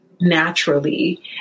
naturally